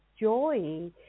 joy